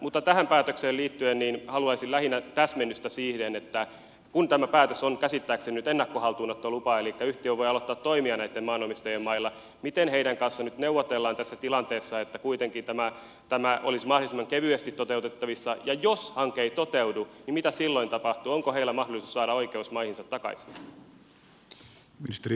mutta tähän päätökseen liittyen haluaisin lähinnä täsmennystä siihen että kun tämä päätös on käsittääkseni nyt ennakkohaltuunottolupa elikkä yhtiö voi aloittaa toimia maanomistajien mailla niin miten heidän kanssaan nyt neuvotellaan tässä tilanteessa että kuitenkin tämä olisi mahdollisimman kevyesti toteutettavissa ja jos hanke ei toteudu niin mitä silloin tapahtuu onko heillä mahdollisuus saada oikeus maihinsa takaisin